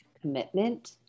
commitment